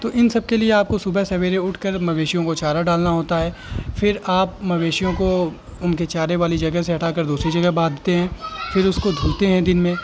تو ان سب کے لیے آپ کو صبح سویرے اٹھ کر مویشیوں کو چارہ ڈالنا ہوتا ہے پھر آپ مویشیوں کو ان کے چارے والی جگہ سے ہٹا کر دوسری جگہ باندھتے ہیں پھر اس کو دھلتے ہیں دن میں